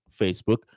Facebook